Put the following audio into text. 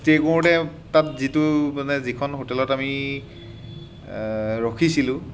stay কৰোঁতে তাত যিটো মানে যিখন হোটেলত আমি ৰখিছিলোঁ